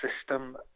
system